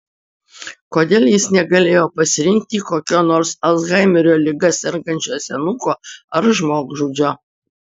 kodėl jis negalėjo pasirinkti kokio nors alzhaimerio liga sergančio senuko ar žmogžudžio